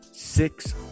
Six